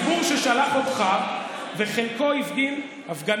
בפעם הקודמת לא הבאתם.